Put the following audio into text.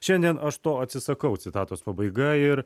šiandien aš to atsisakau citatos pabaiga ir